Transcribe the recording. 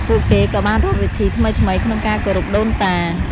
ពួកគេក៏បានរកវិធីថ្មីៗក្នុងការគោរពដូនតា។